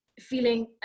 feeling